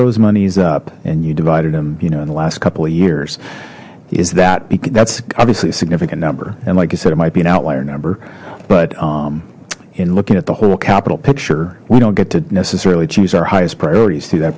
those monies up and you divided them you know in the last couple of years is that that's obviously a significant number and like you said it might be an outliar number but in looking at the whole capital picture we don't get to necessarily choose our highest priorities through that